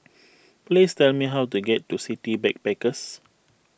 please tell me how to get to City Backpackers